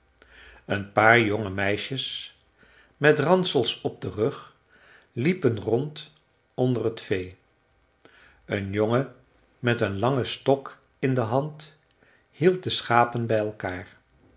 een paar jonge meisjes met ransels op den rug liepen rond onder het vee een jongen met een langen stok in de hand hield de schapen bij elkaar